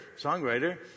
songwriter